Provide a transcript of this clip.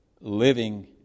living